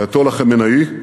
האייטולה חמינאי,